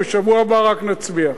ובשבוע הבא רק נצביע.